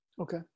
okay